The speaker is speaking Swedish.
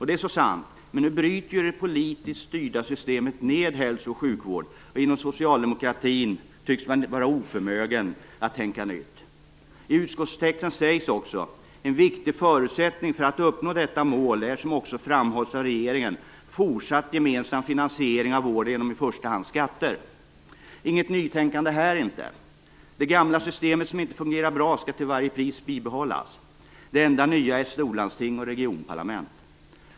Det är så sant, men nu bryter ju det politiskt styrda systemet ned hälso och sjukvården, och Socialdemokraterna tycks vara oförmögna att tänka nytt. I utskottstexten sägs också: "En viktig förutsättning för att uppnå detta mål är, som också framhålls av regeringen, fortsatt gemensam finansiering av vården genom i första hand skatter." Inget nytänkande här inte! Det gamla systemet, som inte fungerar bra, skall till varje pris bibehållas. Det enda nya är storlandsting och regionparlament.